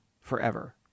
forever